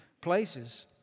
places